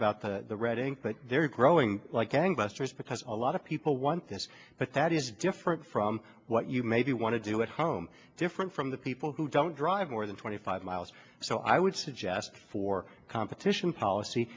about the red ink but they're growing like gangbusters because a lot of people want this but that is different from what you maybe want to do at home different from the people who don't drive more than twenty five miles so i would suggest for competition policy